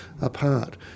apart